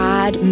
God